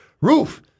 roof